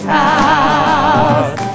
house